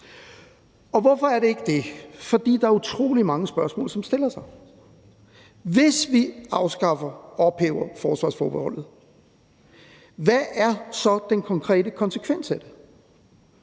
hvorfor er det ikke det? Fordi der er utrolig mange spørgsmål, som rejser sig. Hvis vi afskaffer og ophæver forsvarsforbeholdet, hvad er så den konkrete konsekvens af det?